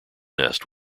nest